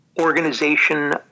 organization